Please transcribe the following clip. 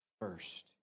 first